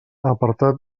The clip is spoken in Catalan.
apartat